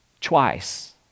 Twice